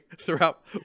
throughout